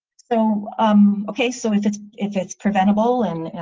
so um okay, so if it's if it's preventable and